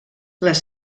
les